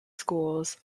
schools